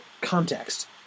context